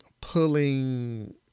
pulling